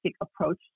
approach